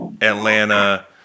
Atlanta